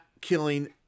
killing